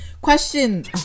Question